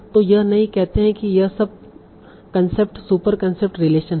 तो यह नहीं कहते है कि यह सब कंसेप्ट सुपर कंसेप्ट रिलेशन है